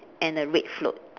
and a red float